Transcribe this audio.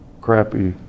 crappy